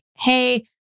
hey